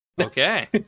Okay